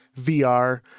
VR